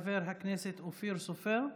חבר הכנסת אופיר סופר נמצא?